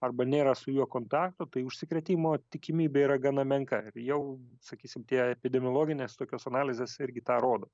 arba nėra su juo kontakto tai užsikrėtimo tikimybė yra gana menka jau sakysim tie epidemiologinės tokios analizės irgi tą rodo